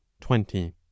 twenty